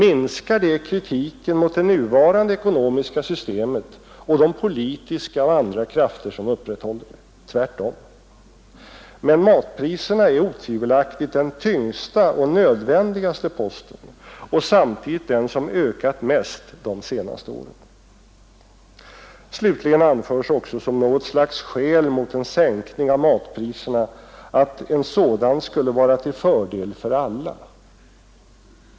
Minskar det kritiken mot det nuvarande ekonomiska systemet och de politiska och andra krafter som upprätthåller det? Tvärtom. Men matpriserna är otvivelaktigt den tyngsta och nödvändigaste posten och samtidigt den som ökat mest de senaste åren. Slutligen anförs också som något slags skäl mot en sänkning av matpriserna att en sådan skulle vara till fördel för alla.